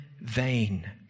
vain